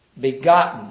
begotten